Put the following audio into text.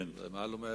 כן, זה מעל ומעבר.